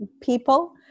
people